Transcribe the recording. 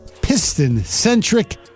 Piston-centric